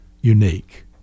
unique